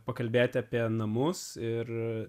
pakalbėti apie namus ir